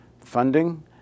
funding